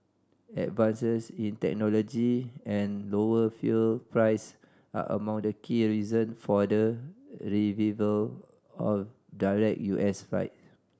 advances in technology and lower fuel price are among the key reason for the revival of direct U S flight